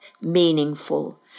meaningful